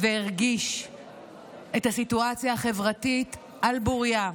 והרגיש את הסיטואציה החברתית על בורייה.